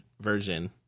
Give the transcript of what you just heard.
version